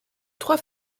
trois